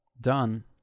done